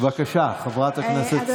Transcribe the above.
בבקשה, חברת הכנסת סטרוק.